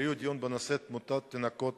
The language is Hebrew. והבריאות בנושא: תמותת תינוקות